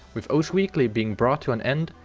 with osu weekly being brought to an end.